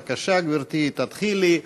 בבקשה, גברתי, תתחילי.